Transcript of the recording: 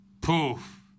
Poof